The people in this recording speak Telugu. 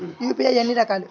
యూ.పీ.ఐ ఎన్ని రకాలు?